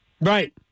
Right